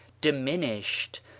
diminished